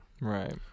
Right